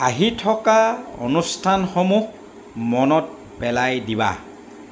আহি থকা অনুষ্ঠানসমূহ মনত পেলাই দিবা